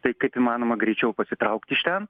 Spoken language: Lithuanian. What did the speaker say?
tai kaip įmanoma greičiau pasitraukt iš ten